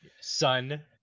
Son